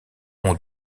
ont